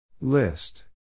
List